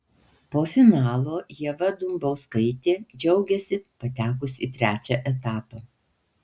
po finalo ieva dumbauskaitė džiaugėsi patekusi į trečią etapą